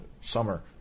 summer